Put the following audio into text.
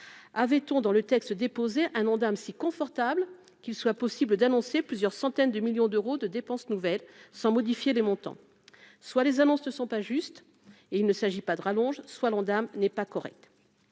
avait-on dans le texte, déposé un Ondam si confortable qu'il soit possible d'annoncer plusieurs centaines de millions d'euros de dépenses nouvelles, sans modifier les montants soient les annonces ne sont pas justes et il ne s'agit pas de rallonge soit l'Ondam, n'est pas correct,